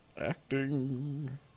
Acting